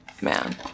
man